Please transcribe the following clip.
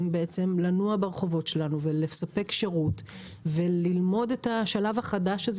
לנוע ברחובות שלנו ולספק שירות וללמוד את השלב החדש הזה